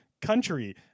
country